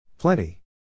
Plenty